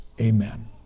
Amen